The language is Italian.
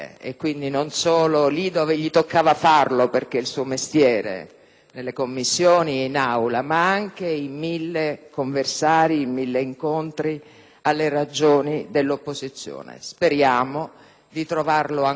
nelle Commissioni e in Aula, ma anche in mille conversari, in mille incontri. Speriamo di trovarlo ancora più attento nelle prossime occasioni.